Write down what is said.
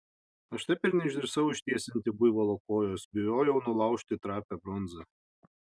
aš taip ir neišdrįsau ištiesinti buivolo kojos bijojau nulaužti trapią bronzą